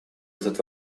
этот